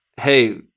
hey